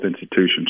institutions